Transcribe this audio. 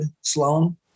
sloan